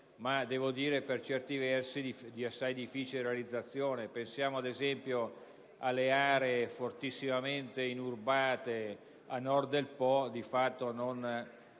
ma, per certi versi, di assai difficile realizzazione. Pensiamo, ad esempio, alle aree fortissimamente inurbate a Nord del Po, in cui non